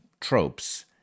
tropes